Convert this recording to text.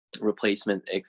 replacement